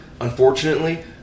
unfortunately